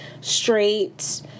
straight